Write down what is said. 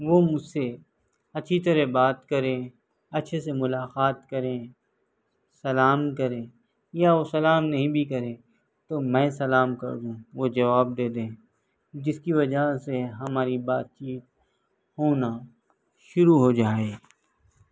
وہ مجھ سے اچھی طرح بات کرے اچھے سے ملاقات کرے سلام کرے یا وہ سلام نہیں بھی کرے تو میں سلام کر دوں وہ جواب دے دیں جس کی وجہ سے ہماری بات چیت ہونا شروع ہو جائے